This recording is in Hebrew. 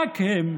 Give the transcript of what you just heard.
רק הם,